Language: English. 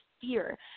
fear